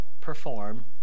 perform